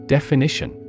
Definition